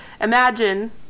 imagine